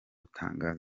gutanga